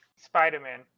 Spider-Man